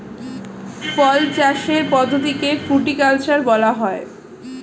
ফল চাষের পদ্ধতিকে ফ্রুটিকালচার বলা হয়